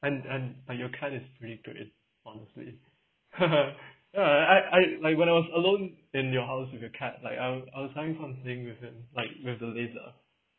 and and like your cat is really brilliant honestly uh I I like when I was alone in your house with your cat like I was I was telling something with him like we have to leave the